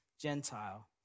Gentile